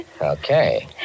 Okay